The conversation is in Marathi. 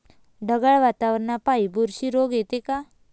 ढगाळ वातावरनापाई बुरशी रोग येते का?